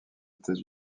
états